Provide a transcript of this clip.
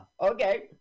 Okay